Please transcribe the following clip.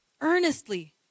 Earnestly